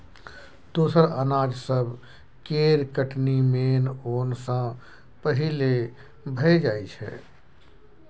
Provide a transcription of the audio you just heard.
दोसर अनाज सब केर कटनी मेन ओन सँ पहिले भए जाइ छै